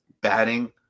Batting